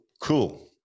cool